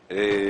יוגב,